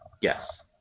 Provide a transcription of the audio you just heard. yes